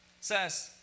says